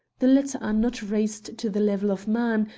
the latter are not raised to the level of man,